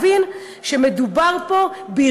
עכשיו אנחנו צריכים להבין שמדובר פה בארגון,